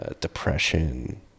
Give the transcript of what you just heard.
depression